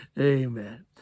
amen